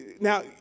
Now